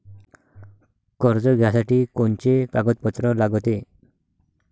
कर्ज घ्यासाठी कोनचे कागदपत्र लागते?